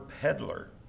peddler